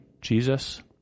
Jesus